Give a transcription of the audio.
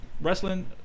wrestling